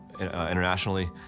internationally